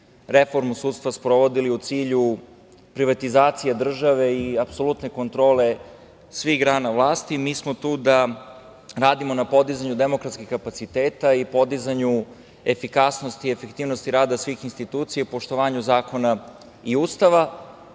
reformu sudstva sprovodili u cilju privatizacije države i apsolutne kontrole svih grana vlasti, mi smo tu da radimo na podizanju demokratskih kapaciteta i podizanju efikasnosti i efektivnosti rada svih institucija, poštovanju zakona i